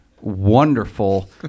wonderful